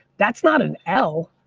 that's not an l,